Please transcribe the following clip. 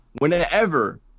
whenever